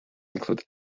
include